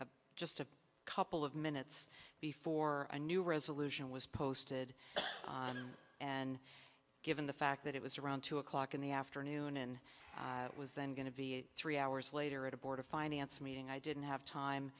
a just a couple of minutes before a new resolution was posted and given the fact that it was around two o'clock in the afternoon in it was then going to be a three hours later at a board of finance meeting i didn't have time